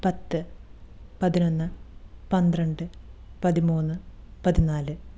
പത്ത് പതിനൊന്ന് പന്ത്രണ്ട് പതിമൂന്ന് പതിനാല്